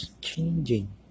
changing